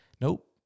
nope